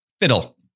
fiddle